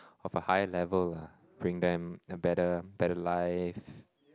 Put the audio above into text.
of a higher level lah bring them a better better life